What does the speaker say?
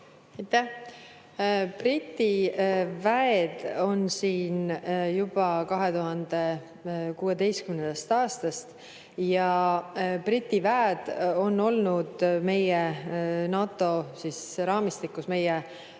Briti väed on siin juba 2016. aastast. Briti väed on olnud NATO raamistikus meie